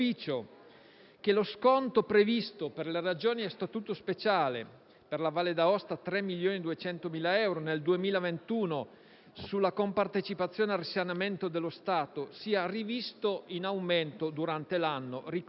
che lo sconto previsto per le Ragioni a Statuto speciale (per la Valle D'Aosta 3,2 milioni di euro nel 2021) sulla compartecipazione al risanamento dello Stato sia rivisto in aumento durante l'anno.